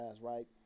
right